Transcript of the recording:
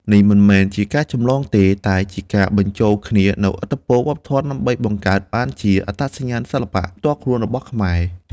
នេះមិនមែនជាការចម្លងទេ តែជាការបញ្ចូលគ្នានូវឥទ្ធិពលវប្បធម៌ដើម្បីបង្កើតបានជាអត្តសញ្ញាណសិល្បៈផ្ទាល់ខ្លួនរបស់ខ្មែរ។